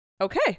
Okay